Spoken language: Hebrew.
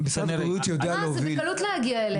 אפשר בקלות להגיע אליהם.